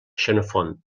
xenofont